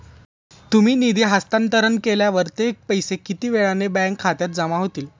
तुम्ही निधी हस्तांतरण केल्यावर ते पैसे किती वेळाने बँक खात्यात जमा होतील?